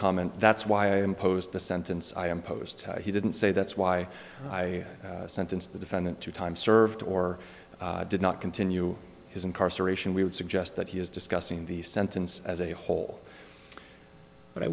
comment that's why i imposed the sentence i imposed he didn't say that's why i sentenced the defendant to time served or did not continue his incarceration we would suggest that he is discussing the sentence as a whole but i